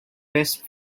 best